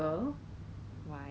but then 我的